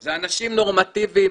אלה אנשים נורמטיביים,